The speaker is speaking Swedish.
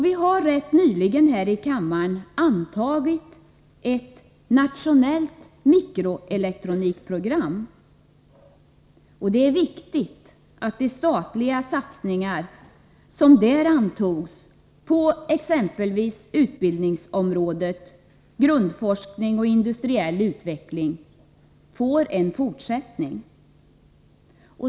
Vi har rätt nyligen här i kammaren antagit ett nationellt mikroelektronikprogram, och det är viktigt att de statliga satsningar som där beslutades på exempelvis utbildningsområdet och områdena grundforskning och industriell utveckling får en fortsättning.